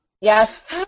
Yes